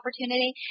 opportunity